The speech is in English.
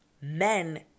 men